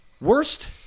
worst